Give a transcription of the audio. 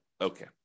Okay